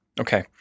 Okay